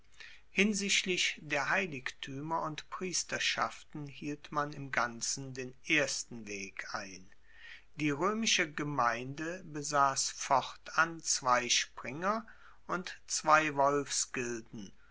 hinsichtlich der heiligtuemer und priesterschaften hielt man im ganzen den ersten weg ein die roemische gemeinde besass fortan zwei springer und zwei